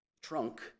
trunk